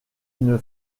une